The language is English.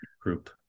group